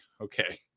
okay